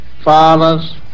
fathers